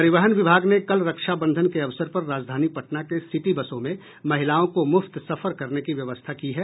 परिवहन विभाग ने कल रक्षा बंधन के अवसर पर राजधानी पटना के सिटी बसों में महिलाओं को मुफ्त सफर करने की व्यवस्था की है